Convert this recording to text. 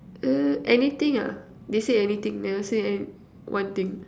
uh anything ah they say anything never say an~ one thing